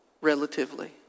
Relatively